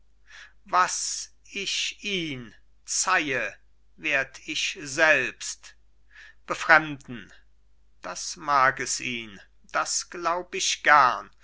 was ich ihn zeihe werd ich selbst befremden das mag es ihn das glaub ich gern